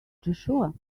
joshua